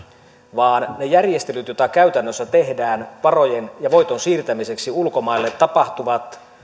vaan ne järjestelyt joita käytännössä tehdään varojen ja voiton siirtämiseksi ulkomaille tapahtuvat